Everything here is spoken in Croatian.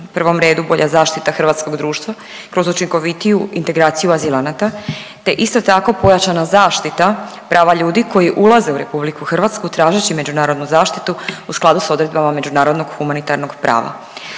prvom redu bolja zaštita hrvatskog društva kroz učinkovitiju integraciju azilanata, te isto tako pojačana zaštita prava ljudi koji ulaze u RH tražeći međunarodnu zaštitu u skladu s odredbama Međunarodnog humanitarnog prava.